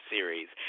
Series